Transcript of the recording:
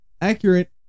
accurate